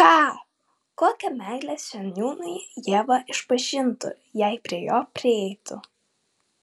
ką kokią meilę seniūnui ieva išpažintų jei prie jo prieitų